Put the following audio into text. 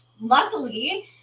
Luckily